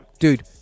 Dude